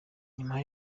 nyuma